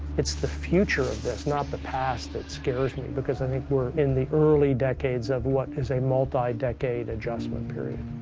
it's the future of this, not the past, that scares me. because i think we're in the early decades of what is a multi-decade adjustment period.